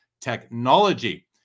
technology